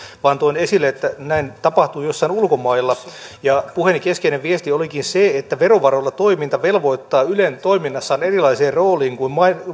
vaan toin esille että näin tapahtuu jossain ulkomailla puheeni keskeinen viesti olikin se että verovaroilla toiminta velvoittaa ylen toiminnassaan erilaiseen rooliin kuin